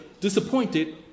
disappointed